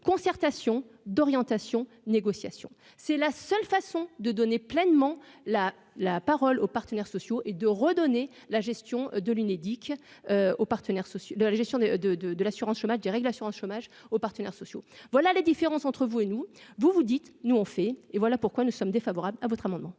concertation d'orientation négociation c'est la seule façon de donner pleinement la la parole aux partenaires sociaux et de redonner la gestion de l'Unédic aux partenaires sociaux de la gestion de, de, de, de l'assurance chômage, je dirais que l'assurance chômage aux partenaires sociaux, voilà la différence entre vous et nous vous vous dites nous, on fait et voilà pourquoi nous sommes défavorables à votre amendement.